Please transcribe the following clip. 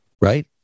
right